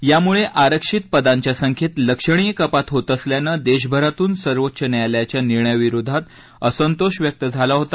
यामुळे आरक्षित पदांच्या संख्येत लक्षणीय कपात होत असल्यानं देशभरातून सर्वोच्च न्यायालयाच्या निर्णयाविरोधात असंतोष व्यक्त झाला होता